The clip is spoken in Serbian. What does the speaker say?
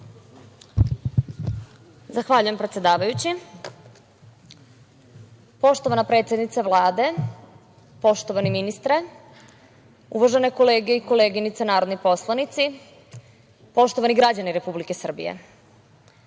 Zahvaljujem predsedavajući. Poštovana predsednice Vlade, poštovani ministre, uvažene kolege i koleginice poslanici, poštovani građani Republike Srbije,